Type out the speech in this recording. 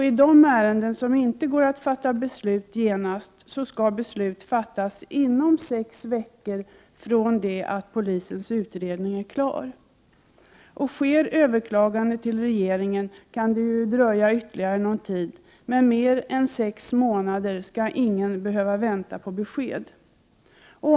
I de ärenden där det inte går att fatta beslut genast skall beslut fattas inom sex veckor från det att polisens 17 Prot. 1988/89:107 utredning är klar. Görs överklaganden till regeringen kan det dröja ytterligare någon tid, men mer än sex månader skall ingen behöva vänta på besked.